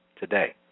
today